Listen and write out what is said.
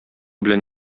белән